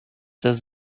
does